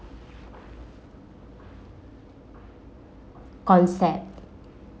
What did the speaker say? concept